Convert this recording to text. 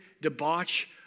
debauch